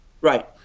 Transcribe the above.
Right